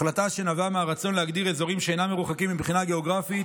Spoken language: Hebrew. החלטה שנבעה מהרצון להגדיר אזורים שאינם מרוחקים מבחינה גיאוגרפית